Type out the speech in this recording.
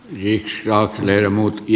viks laaksonen muutti